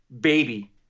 baby